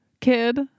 kid